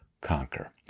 conquer